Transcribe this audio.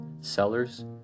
sellers